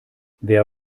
wer